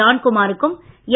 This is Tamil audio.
ஜான்குமாருக்கும் என்